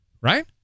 right